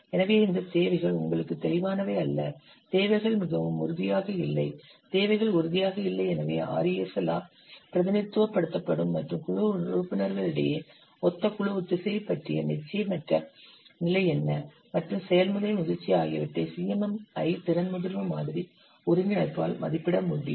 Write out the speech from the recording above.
எனவே இந்த தேவைகள் உங்களுக்கு தெளிவானவை அல்ல தேவைகள் மிகவும் உறுதியாக இல்லை தேவைகள் உறுதியாக இல்லை எனவே RESL ஆல் பிரதிநிதித்துவப்படுத்தப்படும் மற்றும் குழு உறுப்பினர்களிடையே ஒத்த குழு ஒத்திசைவு பற்றிய நிச்சயமற்ற நிலை என்ன மற்றும் செயல்முறை முதிர்ச்சி ஆகியவற்றை CMMI திறன் முதிர்வு மாதிரி ஒருங்கிணைப்பால் மதிப்பிட முடியும்